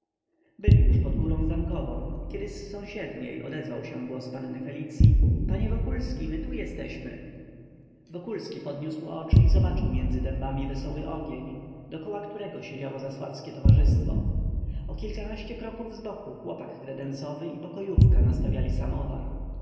byli już pod górą zamkową kiedy z sąsiedniej odezwał się głos panny felicyi panie wokulski my tu jesteśmy wokulski podniósł oczy i zobaczył między dębami wesoły ogień dokoła którego siedziało zasławskie towarzystwo o kilkanaście kroków zboku chłopak kredensowy i pokojówka nastawiali samowar